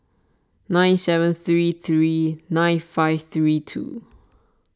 nine seven three three nine five three two